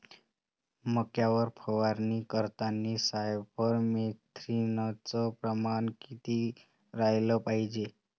मक्यावर फवारनी करतांनी सायफर मेथ्रीनचं प्रमान किती रायलं पायजे?